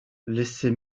laissez